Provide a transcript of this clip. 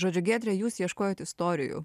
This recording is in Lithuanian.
žodžiu giedre jūs ieškojot istorijų